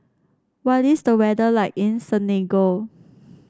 what is the weather like in Senegal